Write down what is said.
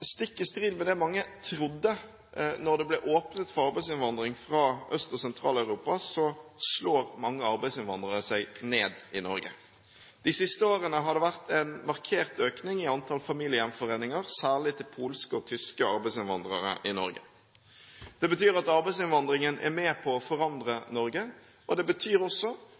stikk i strid med det mange trodde da det ble åpnet for arbeidsinnvandring fra Øst- og Sentral-Europa, slår mange arbeidsinnvandrere seg ned i Norge. De siste årene har det vært en markert økning i antall familiegjenforeninger, særlig gjelder dette polske og tyske arbeidsinnvandrere i Norge. Det betyr at arbeidsinnvandringen er med på å forandre Norge, og det betyr også